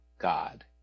god